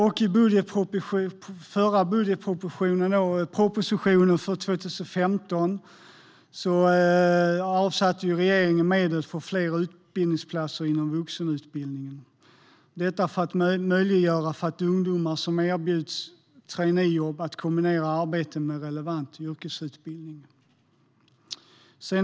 I budgetpropositionen för 2015 avsatte regeringen medel för fler utbildningsplatser inom vuxenutbildningen - detta för att möjliggöra för ungdomar som erbjuds traineejobb att kombinera arbete med relevant yrkesutbildning.